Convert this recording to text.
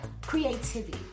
Creativity